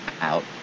out